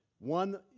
One